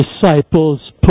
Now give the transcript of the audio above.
disciples